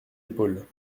épaules